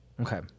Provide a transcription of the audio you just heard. Okay